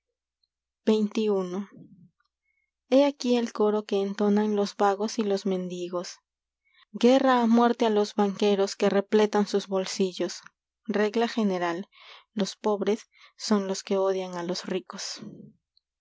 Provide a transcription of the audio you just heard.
xxi fe aquí el coro que entonan los vagos y los mendigos guerra que á muerte á los banqueros sus repletan bolsillos regla general los pobres son los que odian á los ricos